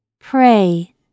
pray